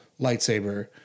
Lightsaber